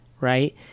right